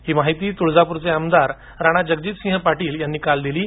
अशीमाहिती तुळजापूरचे आमदार राणाजगजितसिंह पाटील यांनी काल दिली आहे